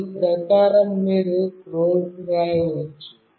దీని ప్రకారం మీరు కోడ్ వ్రాయవచ్చు